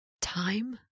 Time